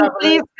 Please